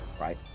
right